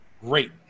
great